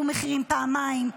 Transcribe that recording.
העלו מחירים פעמיים,